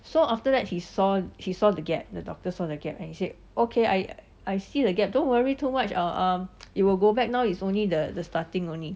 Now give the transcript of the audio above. so after that he saw he saw the gap the doctor saw the gap and he said okay I I see the gap don't worry too much uh um it will go back now is only the starting only